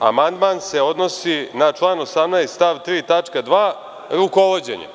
Amandman se odnosi na član 18. stav 3. tačka 2. rukovođenje.